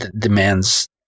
demands